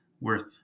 worth